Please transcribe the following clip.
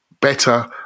better